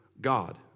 God